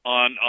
on